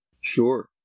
Sure